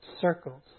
circles